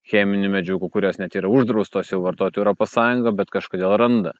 cheminių medžiagų kurios net yra uždraustos jau vartot europos sąjunga bet kažkodėl randa